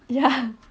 ya